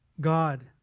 God